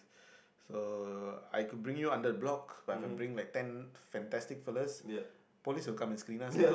uh I could bring you under the block but if I bring like ten fantastic fellas police will come and screen us lah